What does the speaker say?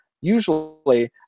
usually